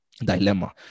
dilemma